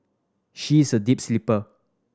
she is a deep sleeper